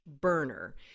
burner